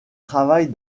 travaille